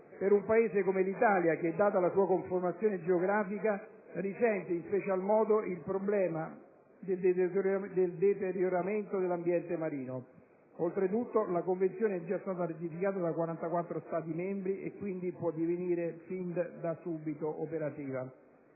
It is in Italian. per un Paese come l'Italia che, data la sua conformazione geografica, risente in special modo del problema del deterioramento dell'ambiente marino. Oltretutto la Convenzione è già stata ratificata da 44 Stati membri e quindi può divenire fin da subito operativa.